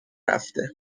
رفته